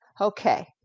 Okay